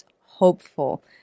hopeful